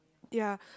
ya